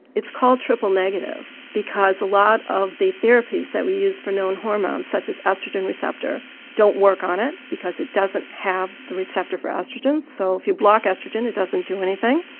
it's called triple negative because a lot of the therapies that we use for known hormones such as oestrogen receptor don't work on it because it doesn't have the receptor for oestrogen. so if you block oestrogen it doesn't do anything.